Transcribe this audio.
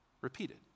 repeated